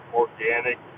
organic